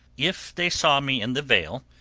if they saw me in the vale,